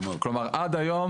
עד היום